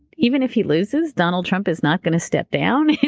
even if he loses, donald trump is not going to step down.